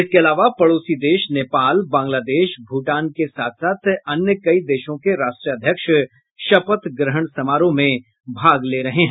इसके अलावा पड़ोसी देश नेपाल बांग्लादेश भूटान के साथ साथ अन्य कई देशों के राष्ट्राध्यक्ष शपथ ग्रहण समारोह में भाग ले रहे हैं